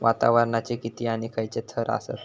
वातावरणाचे किती आणि खैयचे थर आसत?